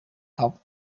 hope